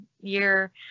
year